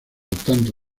tanto